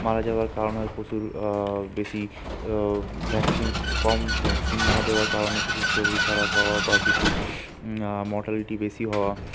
মারা যাওয়ার কারণে পশুর বেশি ভ্যাক্সিন কম ভ্যাক্সিন না দেওয়ার কারণে কিছু শরীর খারাপ হওয়া বা কিছু মর্টালিটি বেশি হওয়া